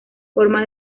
forma